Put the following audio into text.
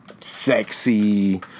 sexy